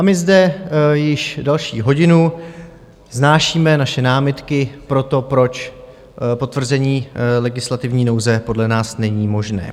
My zde již další hodinu vznášíme naše námitky pro to, proč potvrzení legislativní nouze podle nás není možné.